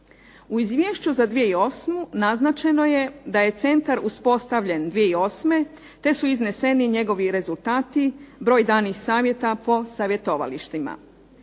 U Izvješću za 2008. naznačeno je da je centar uspostavljen 2008. te su izneseni njegovi rezultati, broj danih savjeta po savjetovalištima.